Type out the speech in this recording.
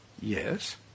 Yes